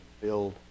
build